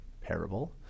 parable